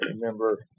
remember